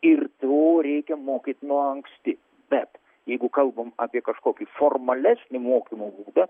ir to reikia mokyt nuo anksti bet jeigu kalbam apie kažkokį formalesnį mokymo būdą